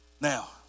Now